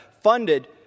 funded